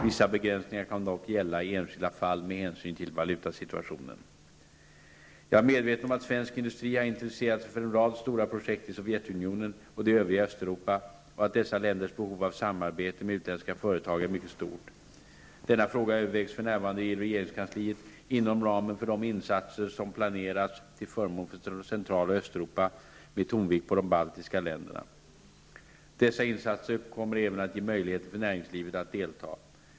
Vissa begränsningar kan dock gälla i enskilda fall med hänsyn till valutasituationen. Jag är medveten om att svensk industri har intresserat sig för en rad stora projekt i Sovjetunionen och det övriga Östeuropa och att dessa länders behov av samarbete med utländska företag är mycket stort. Denna fråga övervägs för närvarande i regeringskansliet inom ramen för de insatser som planeras till förmån för Central och Dessa insatser kommer även att ge möjligheter för näringslivet att delta.